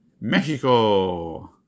Mexico